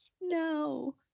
no